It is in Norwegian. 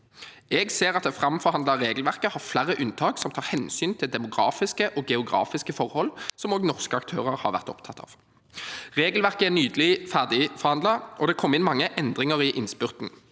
Jeg ser at det framforhandlede regelverket har flere unntak som tar hensyn til demografiske og geografiske forhold, som også norske aktører har vært opptatt av. Regelverket er nylig ferdigforhandlet, og det kom inn mange endringer i innspurten.